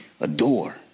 adore